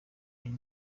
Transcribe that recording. hari